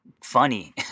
funny